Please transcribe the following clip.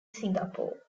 singapore